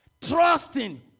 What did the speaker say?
trusting